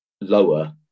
lower